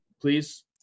please